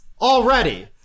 already